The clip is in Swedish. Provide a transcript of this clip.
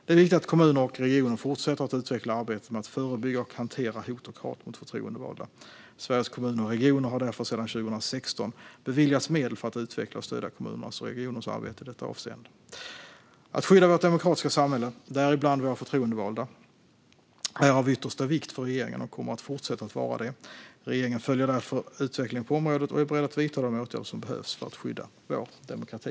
Det är viktigt att kommuner och regioner fortsätter att utveckla arbetet med att förebygga och hantera hot och hat mot förtroendevalda. Sveriges Kommuner och Regioner har därför sedan 2016 beviljats medel för att utveckla och stödja kommunernas och regionernas arbete i detta avseende. Att skydda vårt demokratiska samhälle, däribland våra förtroendevalda, är av yttersta vikt för regeringen och kommer att fortsätta att vara det. Regeringen följer därför utvecklingen på området och är beredd att vidta de åtgärder som behövs för att skydda vår demokrati.